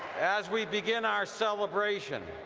as we begin our celebration,